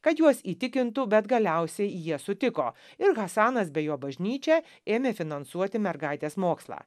kad juos įtikintų bet galiausiai jie sutiko ir hasanas bei jo bažnyčia ėmė finansuoti mergaitės mokslą